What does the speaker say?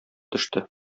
төште